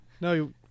No